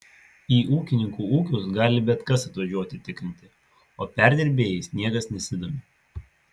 į ūkininkų ūkius gali bet kas atvažiuoti tikrinti o perdirbėjais niekas nesidomi